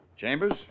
Chambers